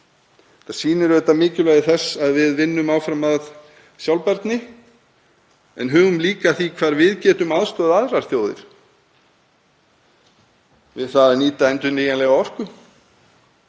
Það sýnir auðvitað mikilvægi þess að við vinnum áfram að sjálfbærni en hugum líka að því hvar við getum aðstoðað aðrar þjóðir við það að nýta endurnýjanlega orku